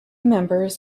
members